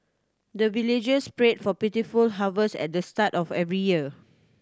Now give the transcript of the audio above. the villagers pray for plentiful harvest at the start of every year